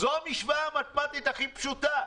זו המשוואה המתמטית הכי פשוטה.